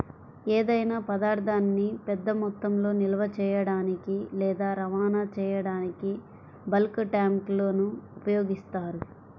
ఏదైనా పదార్థాన్ని పెద్ద మొత్తంలో నిల్వ చేయడానికి లేదా రవాణా చేయడానికి బల్క్ ట్యాంక్లను ఉపయోగిస్తారు